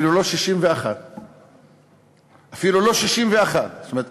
אפילו לא 61. זאת אומרת,